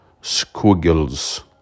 squiggles